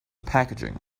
packaging